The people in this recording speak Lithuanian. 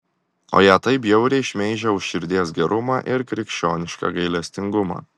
o ją taip bjauriai šmeižia už širdies gerumą ir krikščionišką gailestingumą